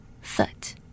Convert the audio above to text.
foot